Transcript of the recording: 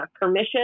permission